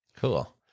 Cool